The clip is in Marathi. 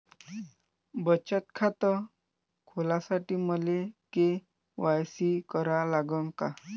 बचत खात खोलासाठी मले के.वाय.सी करा लागन का?